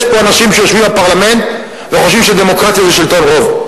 יש פה אנשים שיושבים בפרלמנט וחושבים שדמוקרטיה זה שלטון רוב.